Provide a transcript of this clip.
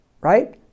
Right